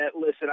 listen